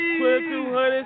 2200